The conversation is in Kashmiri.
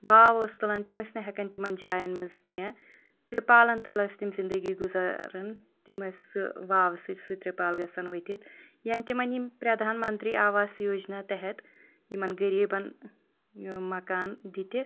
واو اوس تُلان تِم ٲسۍ نہٕ ہیٚکان تِمَن جاین منٛز کیٚنٛہہ تِرٛپالَن تَل ٲسۍ تِم زِندگی گُزاران تِم ٲسۍ سُہ واوٕ سۭتۍ سُہ تِرٛپال گژھان ؤتھِتھ یَنہٕ تِمَن یِم پرٛدھان مَنترٛی آواس یوجنا تحت یِمَن غریٖبَن مَکان دِتِکھ